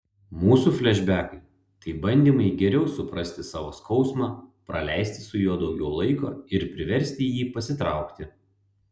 mūsų flešbekai tai bandymai geriau suprasti savo skausmą praleisti su juo daugiau laiko ir priversti jį pasitraukti